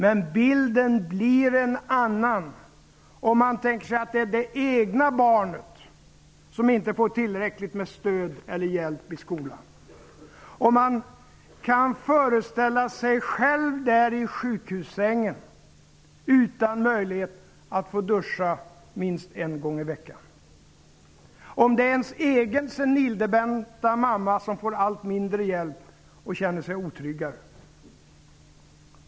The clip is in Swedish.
Men bilden blir en annan, om man tänker sig att det är det egna barnet som inte får tillräckligt med stöd och hjälp i skolan, om man kan föreställa sig själv där i sjukhussängen, utan möjlighet att få duscha ens en gång i veckan, om det är ens egen senildementa mamma som får allt mindre hjälp och känner sig otryggare.